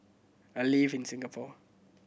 I live in Singapore